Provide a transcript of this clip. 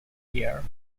year